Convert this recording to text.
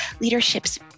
leadership's